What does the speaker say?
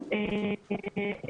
ביחד,